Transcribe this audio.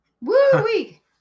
Woo-wee